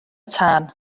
tân